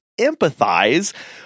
empathize